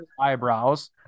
eyebrows